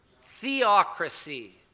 Theocracy